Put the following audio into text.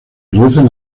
producen